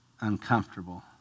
uncomfortable